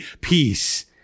peace